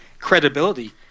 credibility